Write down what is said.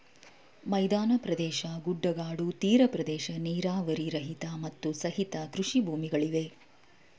ಮೈದಾನ ಪ್ರದೇಶ, ಗುಡ್ಡಗಾಡು, ತೀರ ಪ್ರದೇಶ, ನೀರಾವರಿ ರಹಿತ, ಮತ್ತು ಸಹಿತ ಕೃಷಿ ಭೂಮಿಗಳಿವೆ